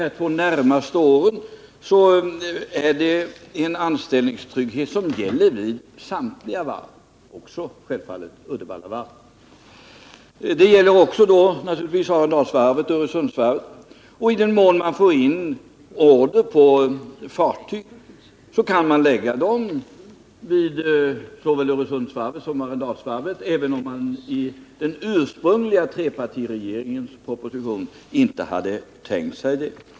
Anställningstryggheten för de två närmaste åren gäller vid samtliga varv, självfallet då också Uddevallavarvet. Den gäller naturligtvis också Arendalsvarvet och Öresundsvarvet, och i den mån det kommer in order på fartyg kan Svenska Varv lägga dem vid såväl Öresundsvarvet som Arendalsvarvet, även om man i trepartiregeringens propositionsutkast inte hade tänkt sig det.